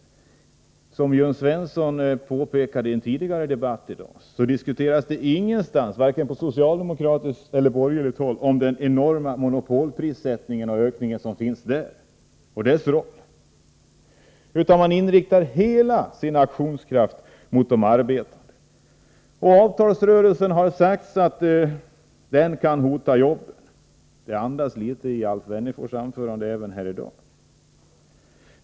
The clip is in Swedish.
Såsom Jörn Svensson påpekade i en tidigare debatt i dag diskuteras ingenstans, varken på socialdemokratiskt eller borgerligt håll, den enorma monopolprissättningen och den prisökning som sker där. Man inriktar hela sin aktionskraft mot de arbetande. Det har sagts att avtalsrörelsen kan hota jobben. Alf Wennerfors anförande här i dag andades litet av den inställningen.